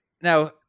now